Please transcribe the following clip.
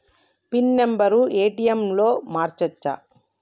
Pin number ATM లో మార్చచ్చా?